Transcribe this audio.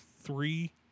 Three